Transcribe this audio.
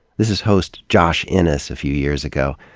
this is host josh innes a few years ago,